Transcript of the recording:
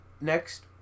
Next